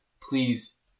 please